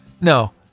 No